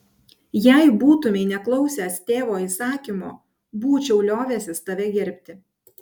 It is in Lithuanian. jei būtumei neklausęs tėvo įsakymo būčiau liovęsis tave gerbti